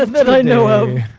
that i know of.